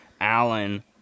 Allen